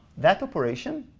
that operation